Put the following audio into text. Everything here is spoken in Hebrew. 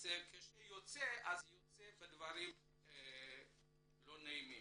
אז כשזה יוצא זה יוצא בדברים לא נעימים.